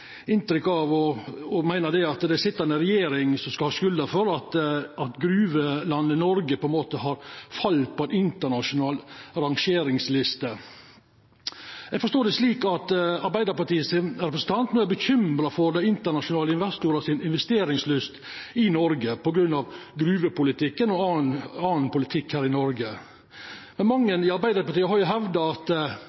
inntrykk av å meina at det er den sittande regjeringa som skal ha skulda for at gruvelandet Noreg har falle på ei internasjonal rangeringsliste. Eg forstår det slik at Arbeidarpartiets representant er bekymra for investeringslysta til internasjonale investorar i Noreg på grunn av gruvepolitikken og annan politikk her i landet. Mange i Arbeidarpartiet har hevda at